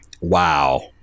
Wow